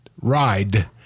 Ride